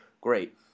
great